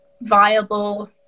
viable